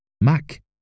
Mac